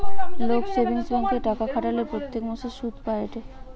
লোক সেভিংস ব্যাঙ্কে টাকা খাটালে প্রত্যেক মাসে সুধ পায়েটে